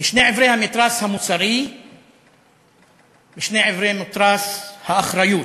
בשני עברי המתרס המוסרי ובשני עברי מתרס האחריות.